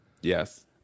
Yes